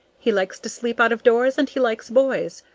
he likes to sleep out of doors and he likes boys.